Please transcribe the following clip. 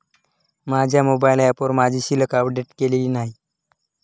माझ्या मोबाइल ऍपवर माझी शिल्लक अपडेट केलेली नाही